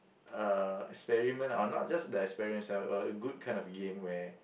uh experiment or not just the experiment itself a good kind of game where